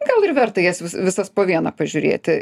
gal ir verta jas visas po vieną pažiūrėti